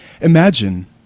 Imagine